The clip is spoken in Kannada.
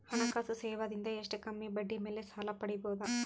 ಹಣಕಾಸು ಸೇವಾ ದಿಂದ ಎಷ್ಟ ಕಮ್ಮಿಬಡ್ಡಿ ಮೇಲ್ ಸಾಲ ಪಡಿಬೋದ?